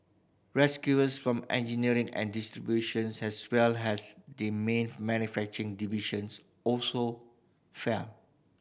from engineering and distributions as well as the man manufacturing divisions also fell